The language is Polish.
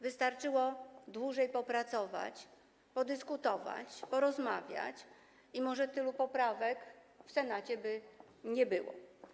Wystarczyło dłużej popracować, podyskutować, porozmawiać i może tylu poprawek w Senacie by nie było.